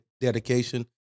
dedication